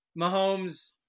Mahomes